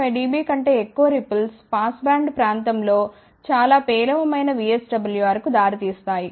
5 dB కంటే ఎక్కువ ripples pass band ప్రాంతం లో చాలా పేలవమైన VSWR కు దారి తీస్తాయి